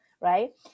right